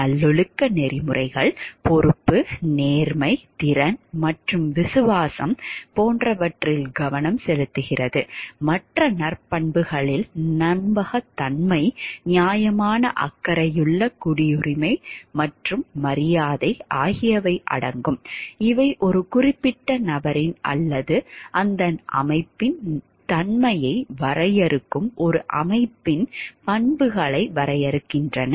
நல்லொழுக்க நெறிமுறைகள் பொறுப்பு நேர்மைத் திறன் மற்றும் விசுவாசம் போன்றவற்றில் கவனம் செலுத்துகிறது மற்ற நற்பண்புகளில் நம்பகத்தன்மை நியாயமான அக்கறையுள்ள குடியுரிமை மற்றும் மரியாதை ஆகியவை அடங்கும் இவை ஒரு குறிப்பிட்ட நபரின் அல்லது அந்த அமைப்பின் தன்மையை வரையறுக்கும் ஒரு அமைப்பின் பண்புகளை வரையறுக்கின்றன